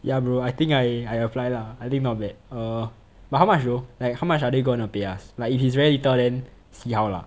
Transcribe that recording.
ya bro I think I I apply lah I think not bad err but how much though like how much are they gonna pay us like if it's very little then see how lah